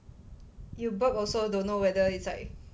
you burp also don't know whether it's like